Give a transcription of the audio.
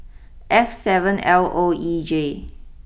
F seven L O E J